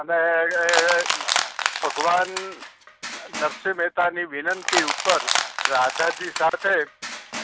અને ભગવાન નરસિંહ મહેતાની વિનંતી ઉપર રાધાજી સાથે